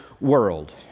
world